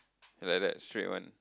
like that straight one